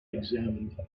examined